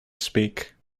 speak